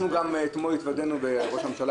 כפי שאנחנו גם אתמול התוודענו וראש הממשלה